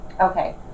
Okay